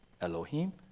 Elohim